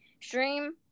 Stream